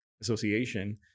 Association